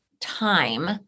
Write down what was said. time